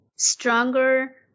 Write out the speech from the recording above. stronger